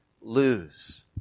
lose